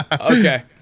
Okay